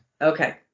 okay